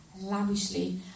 lavishly